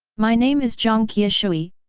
my name is jiang qiushui,